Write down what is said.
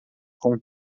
com